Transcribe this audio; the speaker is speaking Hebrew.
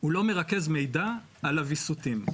הוא לא מרכז מידע על הוויסותים.